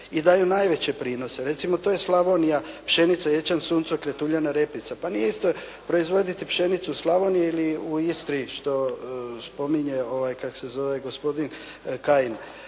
i daju najveće prinose. Recimo to je Slavonija, pšenica, ječam, suncokret, uljana repica. Pa nije isto proizvoditi pšenicu u Slavoniji ili u Istri što spominje ovaj, kako se zove, gospodina Kajin.